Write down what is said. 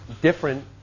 different